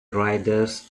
riders